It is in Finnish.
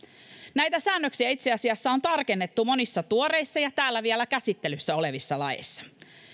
näitä säännöksiä itse asiassa on tarkennettu monissa tuoreissa ja täällä vielä käsittelyssä olevissa laeissa